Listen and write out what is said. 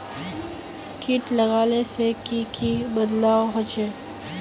किट लगाले से की की बदलाव होचए?